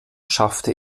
schaffte